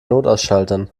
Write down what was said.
notausschaltern